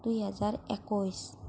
দুই হেজাৰ একৈছ